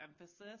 emphasis